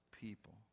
people